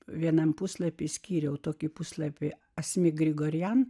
vienam puslapį skyriau tokį puslapį asmik grigorian